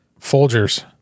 Folgers